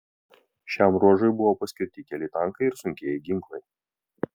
šiam ruožui buvo paskirti keli tankai ir sunkieji ginklai